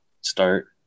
start